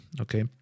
okay